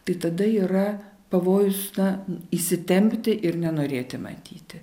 tai tada yra pavojus na įsitempti ir nenorėti matyti